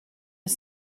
was